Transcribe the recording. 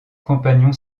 compagnon